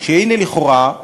שהנה לכאורה,